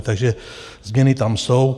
Takže změny tam jsou.